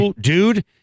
Dude